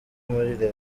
muri